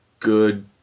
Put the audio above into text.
good